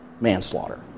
manslaughter